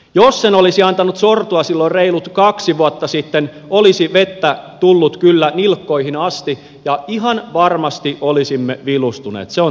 jos sen olisi antanut sortua silloin reilut kaksi vuotta sitten olisi vettä tullut kyllä nilkkoihin asti ja ihan varmasti olisimme vilustuneet se on totta